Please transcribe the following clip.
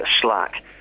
slack